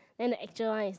then the actual one is like